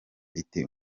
iti